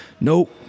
nope